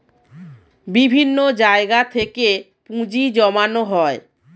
বিভিন্ন জায়গা থেকে পুঁজি জমানো হয়